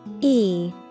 E-